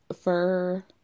fur